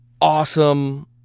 awesome